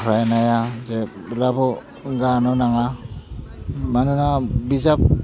फरायनाया जेब्लाबो गारनो नाङा मानोना बिजाब